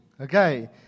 Okay